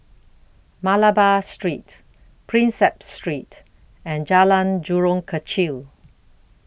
Malabar Street Prinsep Street and Jalan Jurong Kechil